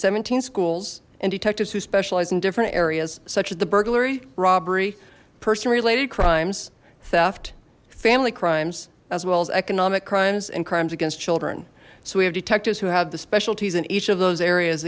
seventeen schools and detectives who specialized in different areas such as the burglary robbery person related crimes theft family crimes as well as economic crimes and crimes against children so we have detectives who have the specialties in each of those areas